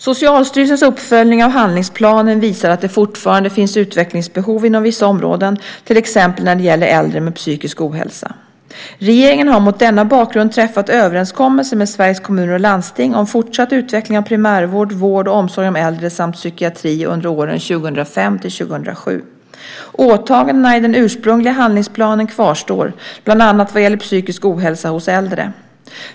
Socialstyrelsens uppföljning av handlingsplanen visar att det fortfarande finns utvecklingsbehov inom vissa områden, till exempel när det gäller äldre med psykisk ohälsa. Regeringen har mot denna bakgrund träffat överenskommelser med Sveriges Kommuner och Landsting om fortsatt utveckling av primärvård, vård och omsorg om äldre samt psykiatri under åren 2005-2007. Åtagandena i den ursprungliga handlingsplanen kvarstår, bland annat vad gäller psykisk ohälsa hos äldre.